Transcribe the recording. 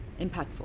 impactful